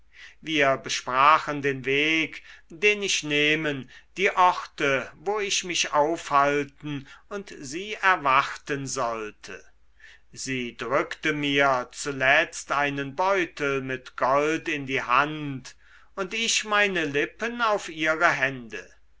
wir besprachen den weg den ich nehmen die orte wo ich mich aufhalten und sie erwarten sollte sie drückte mir zuletzt einen beutel mit gold in die hand und ich meine lippen auf ihre hände